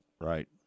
Right